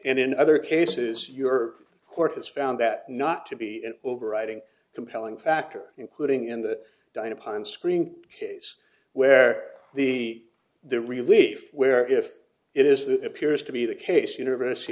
and in other cases your court has found that not to be an overriding compelling factor including in the dyna pine screen case where the the relief where if it is that appears to be the case university